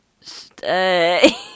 Stay